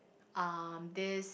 um this